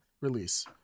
release